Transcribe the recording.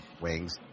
wings